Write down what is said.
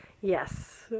yes